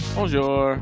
Bonjour